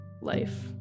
life